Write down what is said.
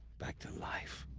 back to life?